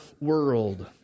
world